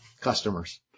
customers